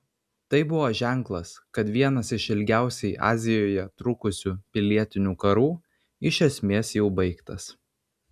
tai buvo ženklas kad vienas iš ilgiausiai azijoje trukusių pilietinių karų iš esmės jau baigtas